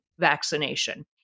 vaccination